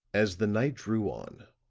as the night drew on,